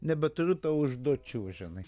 nebeturiu tau užduočių žinai